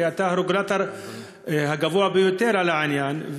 כי אתה הרגולטור הגבוה ביותר על העניין.